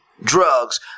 Drugs